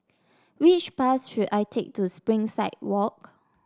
which bus should I take to Springside Walk